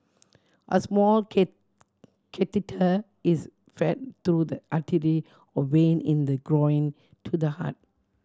a small catheter is fed through the artery or vein in the groin to the heart